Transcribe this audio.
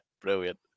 Brilliant